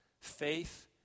faith